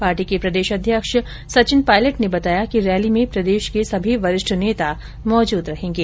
party के प्रदेश अध्यक्ष सचिन पायलट ने बताया कि रैली में प्रदेश के सभी वरिष्ठ नेता मौजूद रहेंगे